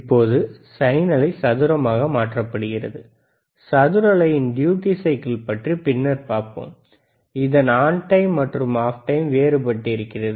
இப்போது சைன் அலை சதுரமாக மாற்றப்படுகிறது சதுர அலையின் டியூட்டி சைக்கிள் பற்றி பின்னர் பார்ப்போம் இதன் ஆன் டைம் மற்றும் ஆஃப் டைம் வேறுபட்டிருக்கிறது